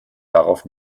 darauf